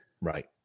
right